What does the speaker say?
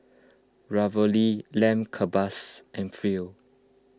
Ravioli Lamb Kebabs and Free